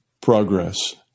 progress